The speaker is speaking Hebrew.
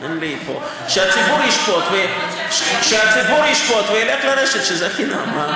אין לי פה, שהציבור ישפוט וילך לרשת שזה חינם.